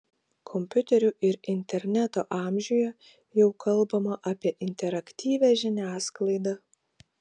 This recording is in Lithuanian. kompiuterių ir interneto amžiuje jau kalbama apie interaktyvią žiniasklaidą